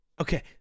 Okay